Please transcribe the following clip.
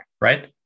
right